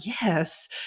yes